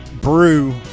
Brew